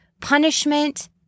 punishment